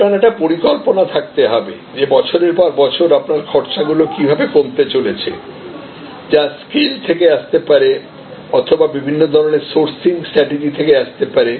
আপনার একটি পরিকল্পনা থাকতে হবে যে বছরের পর বছর আপনার খরচগুলি কীভাবে কমতে চলেছে যা স্কেল থেকে আসতে পারে অথবা বিভিন্ন ধরনের সোর্সিং স্ট্র্যাটেজি থেকে আসতে পারে